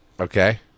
Okay